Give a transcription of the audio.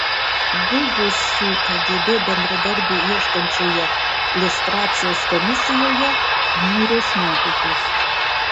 buvusių kgb bendradarbių ieškančioje liustracijos komisijoje niūrios nuotaikos